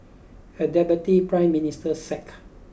a deputy prime minister sacked